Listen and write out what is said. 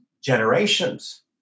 generations